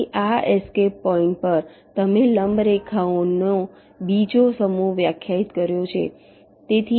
તેથી આ escape point પર તમે લંબ રેખાઓનો બીજો સમૂહ વ્યાખ્યાયિત કર્યો છે